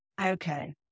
Okay